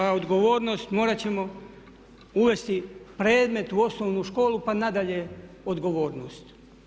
A odgovornost morat ćemo uvesti predmet u osnovnu školu pa nadalje, odgovornost.